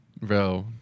Bro